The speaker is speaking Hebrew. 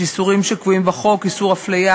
יש איסורים שקבועים בחוק: איסור אפליה